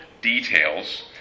details